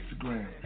Instagram